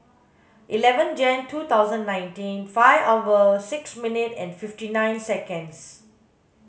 eleven Jan two thousand nineteen five hour six minute and fifty nine seconds